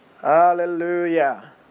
Hallelujah